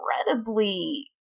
incredibly